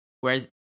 Whereas